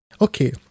okay